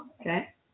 Okay